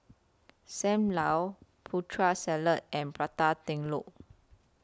SAM Lau Putri Salad and Prata Telur